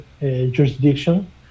jurisdiction